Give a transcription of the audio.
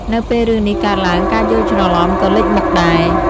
នៅពេលរឿងនេះកើតឡើង ការយល់ច្រឡំក៏លេចមុខដែរ។